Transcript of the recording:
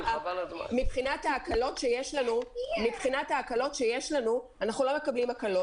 קודם כל מבחינת ההקלות שיש לנו אנחנו לא מקבלים הקלות,